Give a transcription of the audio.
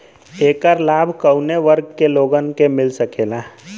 ऐकर लाभ काउने वर्ग के लोगन के मिल सकेला?